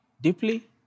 deeply